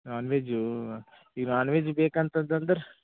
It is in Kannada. ನಾನ್ ವೆಜ್ಜು ಈ ನಾನ್ ವೆಜ್ ಬೇಕಂತಂತಂದ್ರೆ